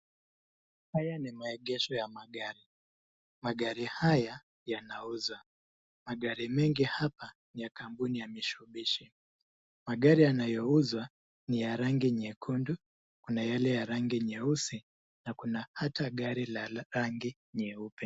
Haya ni maegesho ya magari, magari haya yanauzwa , magari mengi hapa ni ya kampuni ya mitsubishi , magari yanayouzwa ni ya rangi nyekundu, kuna yale ya rangi nyeusi na kuna hata gari la rangi nyeupe.